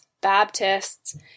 Baptists